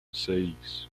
seis